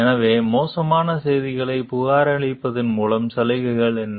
எனவே மோசமான செய்திகளைப் புகாரளிப்பதன் மூலம் சலுகைகள் என்ன